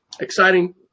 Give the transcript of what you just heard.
exciting